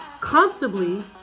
comfortably